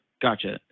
Gotcha